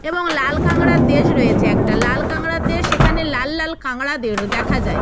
এবং লাল কাঁকড়ার দেশ রয়েছে একটা লাল কাঁকড়ার দেশ সেখানে লাল লাল কাঁকড়াদের দেখা যায়